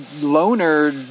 loner